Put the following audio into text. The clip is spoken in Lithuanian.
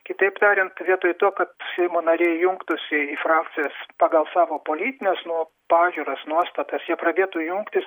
kitaip tariant vietoj to kad seimo nariai jungtųsi į frakcijas pagal savo politines nuo pažiūras nuostatas jie pradėtų jungtis